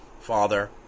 Father